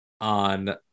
on